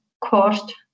cost